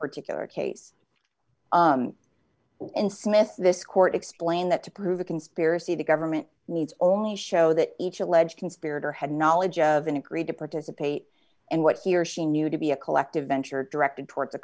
particular case and smith this court explained that to prove a conspiracy the government needs only show that each alleged conspirator had knowledge of and agreed to participate and what he or she knew to be a collective venture directed towards a